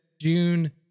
June